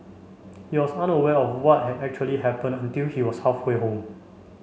he was unaware of what had actually happened until he was halfway home